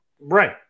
Right